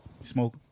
Smoke